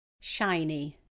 Shiny